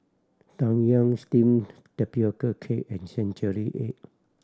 Tang Yuen steamed tapioca cake and century egg